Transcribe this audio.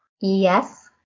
Yes